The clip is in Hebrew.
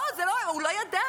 לא, זה לא, הוא לא ידע.